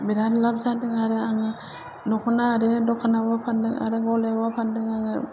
बिराथ लाभ जादों आरो आङो दख'ना आरो द'खानावबो फान्दों आरो ग'लायावबो फान्दों आङो